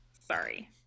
Sorry